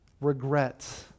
regrets